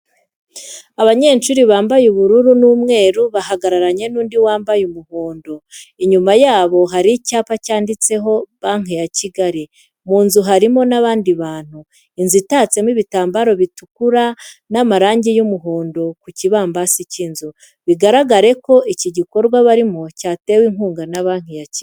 Abanyeshuri bambaye ubururu n'umweru bahagararanye n'undi wambaye umuhondo, inyuma yabo hariho icyapa cyanditseho Banki ya Kigali mu nzu harimo n'abandi bantu, inzu itatsemo ibitambaro bitukura n'amarangi y'umuhondo ku kibambasi cy'inzu. Bigaragare ko iki gikorwa barimo cyatewe inkunga na Banki ya Kigali.